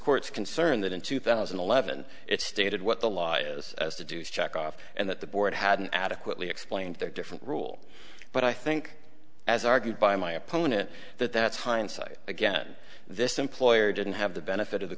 court's concern that in two thousand and eleven it stated what the law is to do is check off and that the board hadn't adequately explained their different rule but i think as argued by my opponent that that's hindsight again this employer didn't have the benefit of the